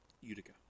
Utica